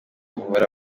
uhora